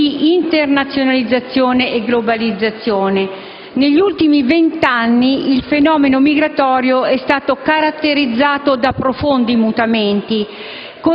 di internazionalizzazione e globalizzazione. Negli ultimi vent'anni il fenomeno migratorio è stato caratterizzato da profondi mutamenti,